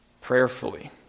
prayerfully